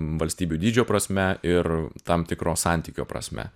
valstybių dydžio prasme ir tam tikro santykio prasme